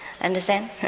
Understand